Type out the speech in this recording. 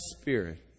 Spirit